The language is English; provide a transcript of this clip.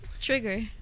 Trigger